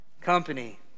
company